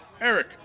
Eric